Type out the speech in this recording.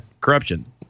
corruption